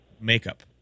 makeup